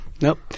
Nope